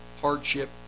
hardship